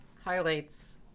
highlights